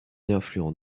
affluent